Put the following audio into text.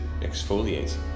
exfoliates